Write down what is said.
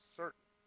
certain